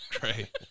great